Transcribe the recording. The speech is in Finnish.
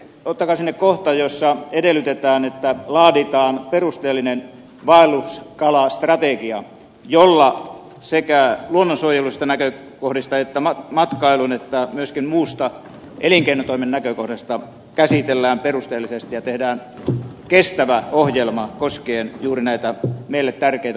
ottakaa sinne kohta jossa edellytetään että laaditaan perusteellinen vaelluskala strategia jolla sekä luonnonsuojelullisista näkökohdista että matkailun että myöskin muusta elinkeinotoimen näkökohdasta asiaa käsitellään perusteellisesti ja tehdään kestävä ohjelma koskien juuri näitä meille tärkeitä vaelluskaloja